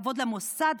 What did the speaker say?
כבוד למוסד,